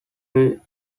reruns